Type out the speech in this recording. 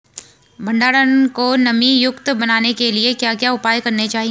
भंडारण को नमी युक्त बनाने के लिए क्या क्या उपाय करने चाहिए?